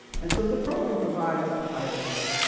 and so the program provides vital help,